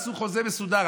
עשו חוזה מסודר,